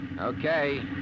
Okay